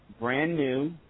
brand-new –